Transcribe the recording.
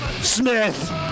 Smith